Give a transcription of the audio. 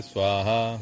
Swaha